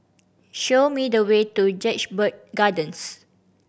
show me the way to Jedburgh Gardens